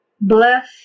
Bless